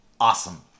awesome